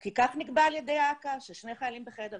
כי כך נקבע על-ידי אכ"א, שני חיילים בחדר.